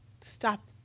stop